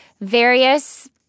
various